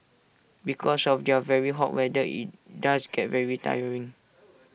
because of the very hot weather IT does get very tiring